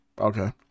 Okay